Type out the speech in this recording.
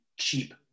cheap